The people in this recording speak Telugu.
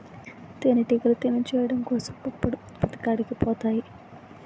తేనిటీగలు తేనె చేయడం కోసం పుప్పొడి ఉత్పత్తి కాడికి పోతాయి